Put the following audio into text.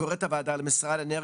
קוראת הוועדה למשרד האנרגיה,